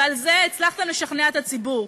ובזה הצלחתם לשכנע את הציבור,